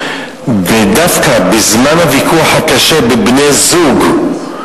ודווקא בזמן הוויכוח הקשה בין בני-זוג,